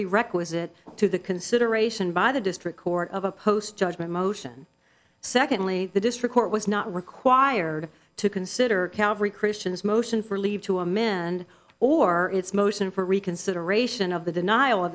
prerequisite to the consideration by the district court of a post judgment motion secondly the district court was not required to consider calvery christians motion for leave to amend or its motion for reconsideration of the denial